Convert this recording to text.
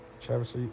Travis